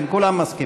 כן, כולם מסכימים.